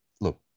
look